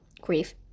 grief